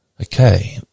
Okay